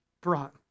brought